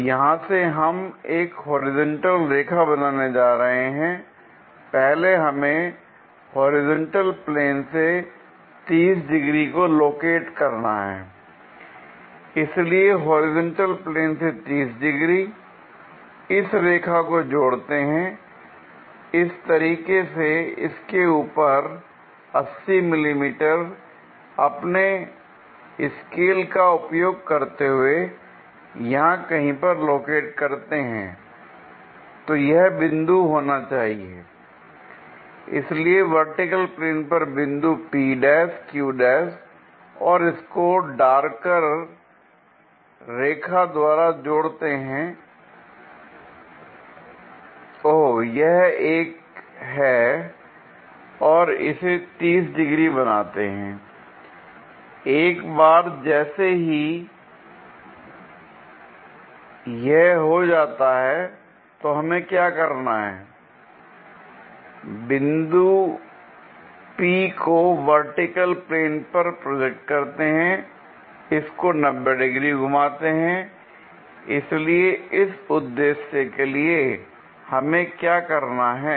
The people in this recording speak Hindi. तो यहां से हम एक होरिजेंटल रेखा बनाने जा रहे हैं पहले हमें होरिजेंटल प्लेन से 30 डिग्री को लोकेट करना है l इसलिए होरिजेंटल प्लेन से 30 डिग्री इस रेखा को जोड़ते हैं l इस तरीके से इसके ऊपर 80 मिमी अपने स्केल का उपयोग करते हुए यहां कहीं पर लोकेट करते हैं l तो यह बिंदु होना चाहिए l इसलिए वर्टिकल प्लेन पर बिंदु p ' q' और इसको डार्कर द्वारा जोड़ते हैं l ओह यह एक है और इसे 30 डिग्री बनाते हैं l एक बार जैसे ही यह हो जाता है तो हमें क्या करना है बिंदु p को वर्टिकल प्लेन पर प्रोजेक्ट करते हैं इसको 90 डिग्री घुमाते हैं l इसलिए इस उद्देश्य के लिए हमें क्या करना है